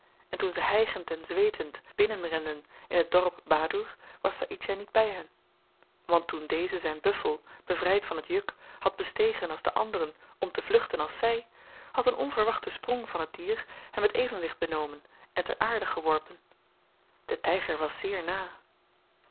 en toen ze hygend en zweetend binnenrenden in het dorp badoer was saïdjah niet by hen want toen deze zyn buffel bevryd van het juk had bestegen als de anderen om te vluchten als zy had een onverwachtte sprong van het dier hem t evenwicht benomen en ter aarde geworpen de tyger was zeer na